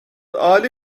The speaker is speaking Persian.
عالی